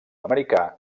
americà